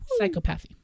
psychopathy